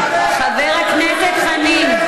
חבר הכנסת חנין.